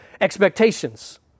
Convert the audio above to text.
expectations